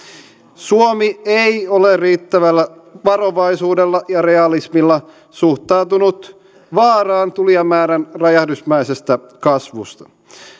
suomi ei ole riittävällä varovaisuudella ja realismilla suhtautunut vaaraan tulijamäärän räjähdysmäisestä kasvusta